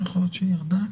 יכול להיות שהיא ירדה.